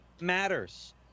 matters